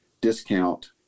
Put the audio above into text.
discount